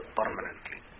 permanently